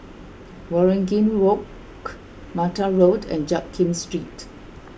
Waringin Walk Mattar Road and Jiak Kim Street